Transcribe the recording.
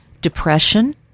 depression